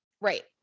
Right